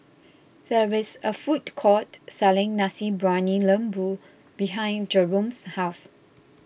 there is a food court selling Nasi Briyani Lembu behind Jerome's house